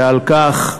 ועל כך,